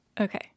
Okay